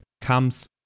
comes